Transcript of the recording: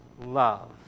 love